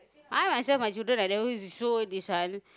I myself my children like that so this one